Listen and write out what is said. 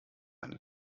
eine